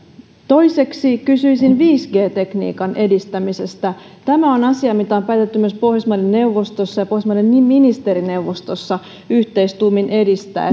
toiseksi kysyisin viisi g tekniikan edistämisestä tämä on asia mitä on päätetty myös pohjoismaiden neuvostossa ja pohjoismaiden ministerineuvostossa yhteistuumin edistää